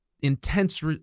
intense